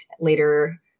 later